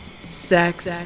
sex